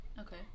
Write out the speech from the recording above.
okay